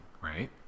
right